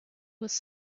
was